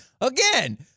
again